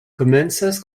komencas